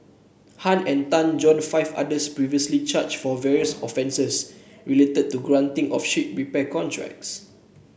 Han and Tan join five others previously charged for various offences related to the granting of ship repair contracts